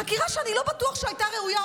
חקירה שאני לא בטוח שהייתה ראויה,